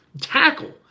tackle